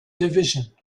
division